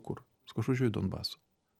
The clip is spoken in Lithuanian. kur sakau aš važiuoju į donbasą